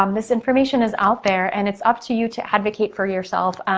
um this information is out there and it's up to you to advocate for yourself.